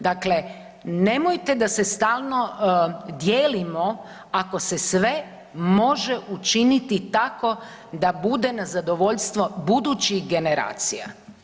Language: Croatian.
Dakle, nemojte da se stalno dijelimo, ako se sve može učiniti tako da bude na zadovoljstvo budućih generacija.